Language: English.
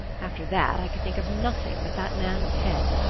after that i could think of nothing but that man's head.